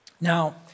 Now